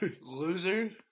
Loser